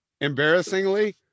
embarrassingly